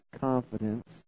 confidence